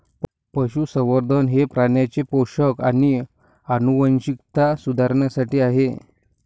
पशुसंवर्धन हे प्राण्यांचे पोषण आणि आनुवंशिकता सुधारण्यासाठी आहे